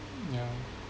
yeah